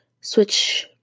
switch